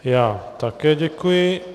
Já také děkuji.